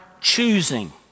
Choosing